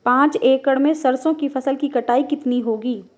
पांच एकड़ में सरसों की फसल की कटाई कितनी होगी?